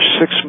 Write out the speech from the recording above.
six